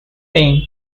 paint